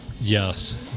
Yes